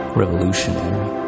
revolutionary